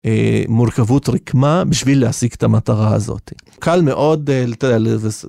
מורכבות רקמה בשביל להשיג את המטרה הזאת, קל מאוד ל...